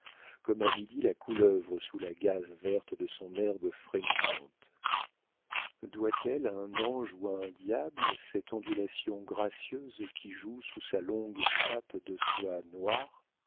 comme à midi la couleuvre sous la gaze verte de son herbe frémissante doit-elle à un ange ou à un diable cette ondulation gracieuse qui joue sous la longue chape de soie noire